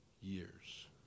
years